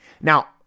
now